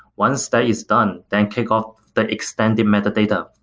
once that is done, then kickoff the extended metadata.